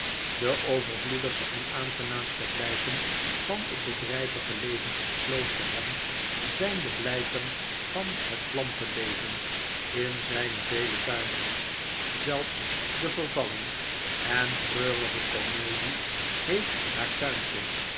de overvloedigste en aangenaamste bljjken van het bedrgvige leven in kloosterham zjjn de blijken van het plantenleven in zne vele tuinen zelfs de vervallen en treurige comedie heeft haar tuintje